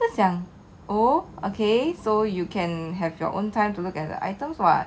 我就讲 oh okay so you can have your own time to look at the items [what]